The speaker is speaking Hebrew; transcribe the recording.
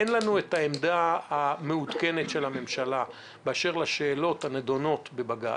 אין לנו את העמדה המעודכנת של הממשלה באשר לשאלות הנדונות בבג"ץ,